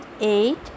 eight